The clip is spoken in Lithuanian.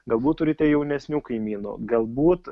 galbūt turite jaunesnių kaimynų galbūt